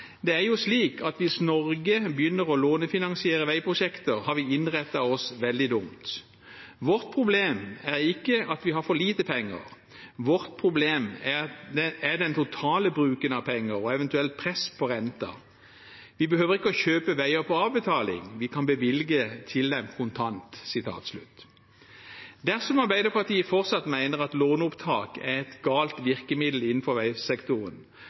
«Det er jo slik at hvis Norge begynner å lånefinansiere veiprosjekter, har vi innrettet oss veldig dumt. Vårt problem er ikke at vi har for lite penger, vårt problem er den totale bruken av penger og eventuelt press på renten. Vi behøver ikke å kjøpe veier på avbetaling, vi kan bevilge til dem kontant.» Dersom Arbeiderpartiet fortsatt mener at låneopptak er et galt virkemiddel innenfor veisektoren,